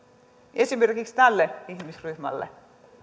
esimerkiksi tälle ihmisryhmälle